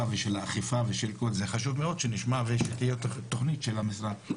והאכיפה חשוב שנשמע ושתהיה תוכנית של המשרד.